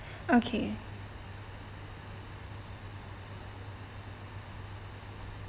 okay